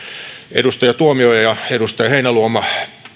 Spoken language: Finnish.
edustaja tuomioja ja edustaja heinäluoma